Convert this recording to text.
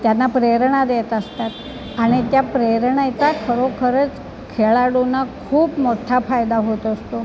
त्यांना प्रेरणा देत असतात आणि त्या प्रेरणेचा खरोखरच खेळाडूंना खूप मोठा फायदा होत असतो